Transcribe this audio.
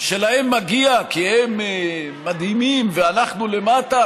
שלהם מגיע כי הם מדהימים ואנחנו למטה,